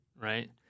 Right